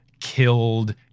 killed